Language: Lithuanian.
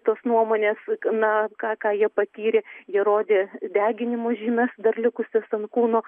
tos nuomonės na ką ką jie patyrė jie rodė deginimų žymes dar likusias ant kūno